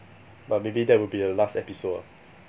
but maybe that will be a last episode ah